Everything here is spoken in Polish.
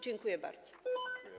Dziękuję bardzo.